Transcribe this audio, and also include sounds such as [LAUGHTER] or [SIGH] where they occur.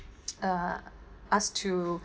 [NOISE] uh us to